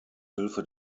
hilfe